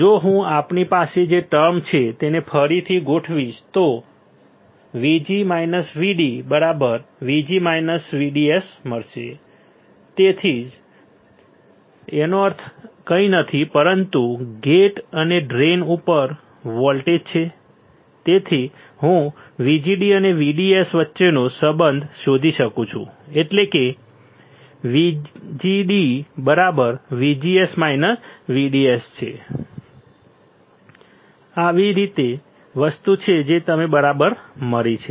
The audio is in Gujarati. જો હું આપણી પાસે જે ટર્મ છે તેને ફરીથી ગોઠવીશ VG VD VGS VDS તેવી જ રીતે તેનો અર્થ કંઇ નહીં પરંતુ ગેટ અને ડ્રેઇન ઉપર વોલ્ટેજ છે તેથી જ હું VGD અને VDS વચ્ચેનો સંબંધ શોધી શકું છું એટલે કે VGD VGS VDS આ એવી વસ્તુ છે જે મને બરાબર મળી છે